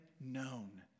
known